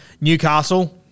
Newcastle